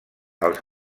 els